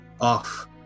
off